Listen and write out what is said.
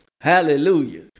Hallelujah